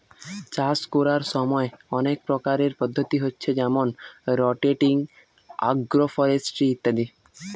চাষ কোরার সময় অনেক প্রকারের পদ্ধতি হচ্ছে যেমন রটেটিং, আগ্রফরেস্ট্রি ইত্যাদি